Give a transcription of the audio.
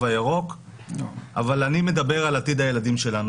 הירוק אבל אני מדבר על עתיד הילדים שלנו,